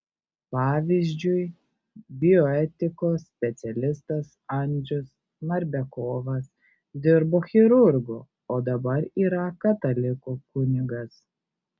pavyzdžiui bioetikos specialistas andrius narbekovas dirbo chirurgu o dabar yra katalikų kunigas